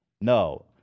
No